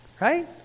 Right